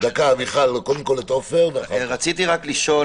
רציתי לשאול.